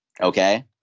okay